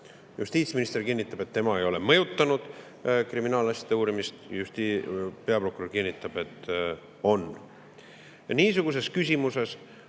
Justiitsminister kinnitab, et tema ei ole mõjutanud kriminaalasjade uurimist. Peaprokurör kinnitab, et on.